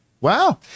Wow